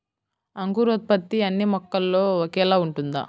అంకురోత్పత్తి అన్నీ మొక్కలో ఒకేలా ఉంటుందా?